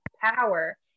power